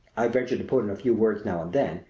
i ventured to put in a few words now and then,